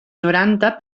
noranta